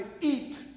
eat